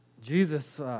Jesus